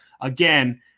again